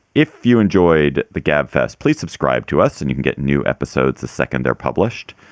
if you enjoyed the gab fest, please subscribe to us and you can get new episodes the second they're published.